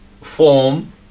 form